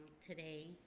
today